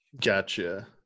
Gotcha